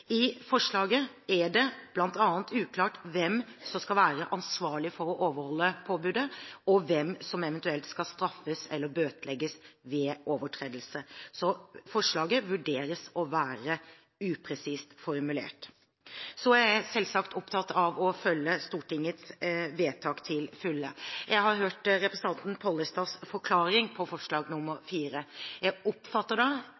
I forslaget er det bl.a. uklart hvem som skal være ansvarlig for å overholde påbudet, og hvem som eventuelt skal straffes/bøtelegges ved overtredelse. Forslaget vurderes å være upresist formulert. Jeg er selvsagt opptatt av å følge Stortingets vedtak til fulle. Jeg har hørt representanten Pollestads forklaring på forslag nr. 4. Jeg oppfatter det da